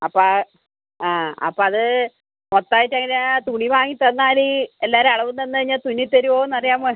അപ്പോൾ ആ അപ്പോൾ അത് മൊത്തം ആയിട്ട് എങ്ങനെയാണ് തുണി വാങ്ങി തന്നാൽ എല്ലാവരുടെ അളവും തന്ന് കഴിഞ്ഞാൽ തുന്നി തരുവോ എന്ന് അറിയാൻ